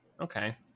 okay